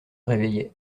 réveillait